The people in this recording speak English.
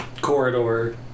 corridor